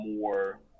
more